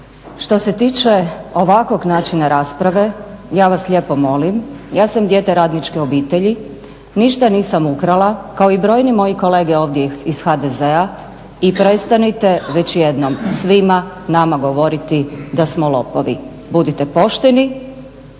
Što se tiče ovakvog načina rasprave ja vas lijepo molim ja sam dijete radničke obitelji, ništa nisam ukrala kao i brojni moji kolege ovdje iz HDZ-a i prestanite već jednom svima nama govoriti da smo lopovi. Budite pošteni,